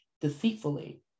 deceitfully